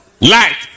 light